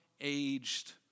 aged